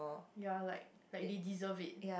ya like like they deserve it